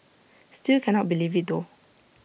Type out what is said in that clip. still cannot believe IT though